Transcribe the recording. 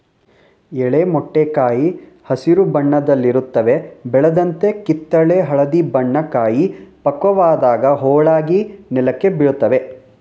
ಎಳೆ ಮೊಟ್ಟೆ ಕಾಯಿ ಹಸಿರು ಬಣ್ಣದಲ್ಲಿರುತ್ವೆ ಬೆಳೆದಂತೆ ಕಿತ್ತಳೆ ಹಳದಿ ಬಣ್ಣ ಕಾಯಿ ಪಕ್ವವಾದಾಗ ಹೋಳಾಗಿ ನೆಲಕ್ಕೆ ಬೀಳ್ತವೆ